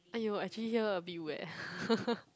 !aiyo! actually here a bit wet